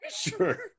Sure